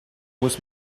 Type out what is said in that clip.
muss